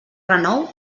renou